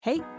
Hey